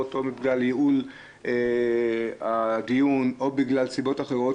או בגלל ייעול הדיון או בגלל סיבות אחרות,